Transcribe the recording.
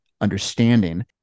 understanding